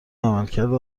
عملکرد